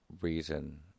reason